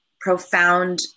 profound